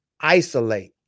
Isolate